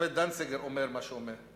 השופט דנציגר אומר מה שאומר.